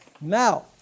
Now